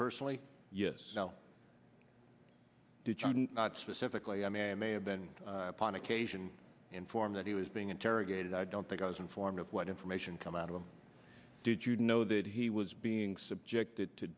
personally yes no i did not specifically i mean i may have been upon occasion informed that he was being interrogated i don't think i was informed of what information come out of him did you know that he was being subjected to